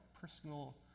personal